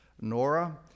Nora